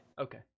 okay